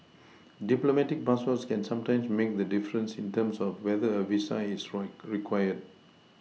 diplomatic passports can sometimes make the difference in terms of whether a visa is required